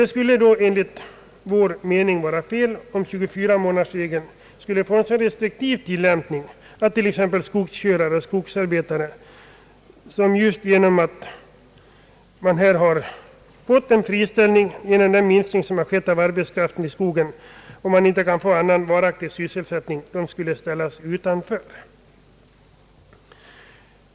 Det skulle enligt vår mening vara fel cm 24-månadersregeln skulle få en så restriktiv tillämpning att t.ex. skogskörare och skogsarbetare, som råkat ut för en friställning genom den minskning av arbetskraften i skogen som skett och som inte kan få annan varaktig sysselsättning skulle ställas utanför.